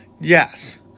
Yes